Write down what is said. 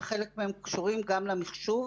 וחלק מהן קשורות גם למחשוב,